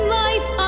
life